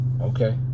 Okay